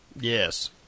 Yes